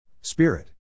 Spirit